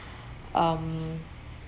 um